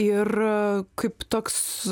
ir kaip toks